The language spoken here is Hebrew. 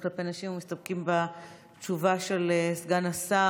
כלפי נשים ומסתפקים בתשובה של סגן השר.